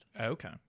Okay